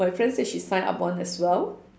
my friend said she sign up one as well